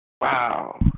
Wow